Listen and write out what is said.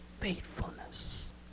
faithfulness